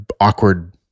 awkward